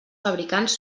fabricants